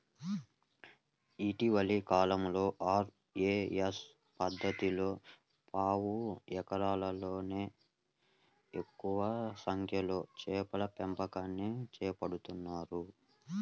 ఇటీవలి కాలంలో ఆర్.ఏ.ఎస్ పద్ధతిలో పావు ఎకరంలోనే ఎక్కువ సంఖ్యలో చేపల పెంపకాన్ని చేపడుతున్నారు